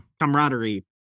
camaraderie